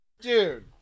Dude